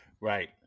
right